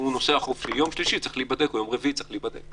יום שלישי או רביעי צריך להיבדק.